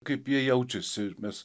kaip jie jaučiasi mes